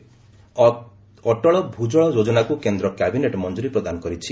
cabinet Atal Bhujal ଯୋଜନାକୁ କେନ୍ଦ୍ର cabinet ମଞ୍ଜୁରୀ ପ୍ରଦାନ କରିଛି